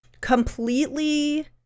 Completely